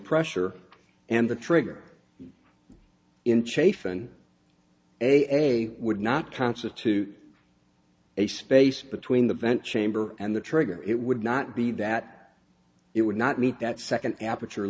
pressure and the trigger in chafe and they would not constitute a space between the vent chamber and the trigger it would not be that it would not meet that second aperture